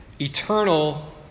eternal